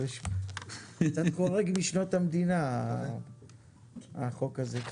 קצת חורג משנות המדינה החוק הזה.